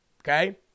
Okay